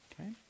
Okay